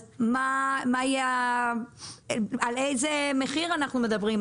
אז על איזה מחיר אנחנו מדברים?